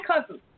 cousin